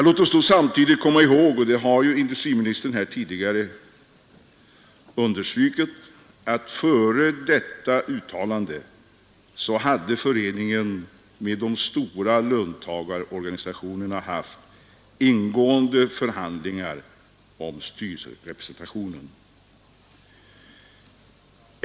Låt oss då samtidigt komma ihåg — som industriministern här tidigare har understrukit — att före detta uttalande hade föreningen med de stora löntagarorganisationerna haft ingående förhandlingar om styrelserepresentationen.